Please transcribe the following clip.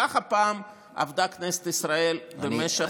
ככה פעם עבדה כנסת ישראל במשך,